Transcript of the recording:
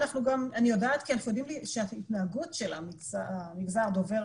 כי אנחנו יודעים שההתנהגות של המגזר דובר